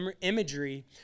imagery